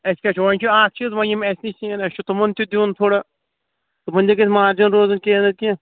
اَسہِ کیٛاہ چھِ وۅنۍ چھُ اَکھ چیٖز وۅنۍ یِم اسہِ نِش نِن اَسہِ چھُ تِمَن تہِ دِیُن تھوڑا تِمَن تہِ گَژھِ مارجَن روزُن کیٚنٛہہ نَتہٕ کیٚنٛہہ